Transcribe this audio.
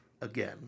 Again